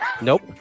Nope